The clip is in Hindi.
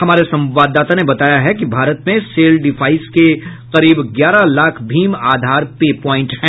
हमारे संवाददाता ने बताया है कि भारत में सेल डिवाइस के करीब ग्यारह लाख भीम आधार पे प्वाइंट हैं